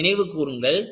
அதை நினைவு கூருங்கள்